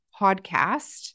podcast